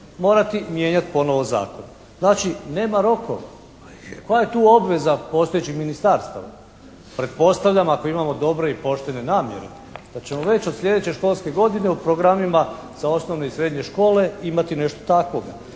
morati mijenjati ponovo zakon. Znači, nema rokova. Koja je tu obveza postojećih ministarstava? Pretpostavljam ako imamo dobre i poštene namjere da ćemo već od slijedeće školske godine u programima za osnovne i srednje škole imati nešto takvoga.